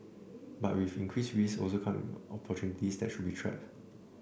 but with increased risks also come opportunities that should be trapped